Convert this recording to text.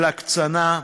של הקצנה,